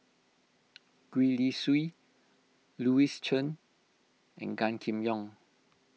Gwee Li Sui Louis Chen and Gan Kim Yong